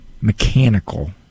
mechanical